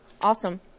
Awesome